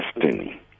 destiny